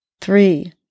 three